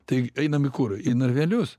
tai einam į kur į narvelius